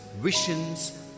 visions